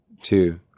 two